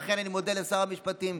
ולכן אני מודה לשר המשפטים,